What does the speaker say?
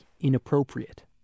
inappropriate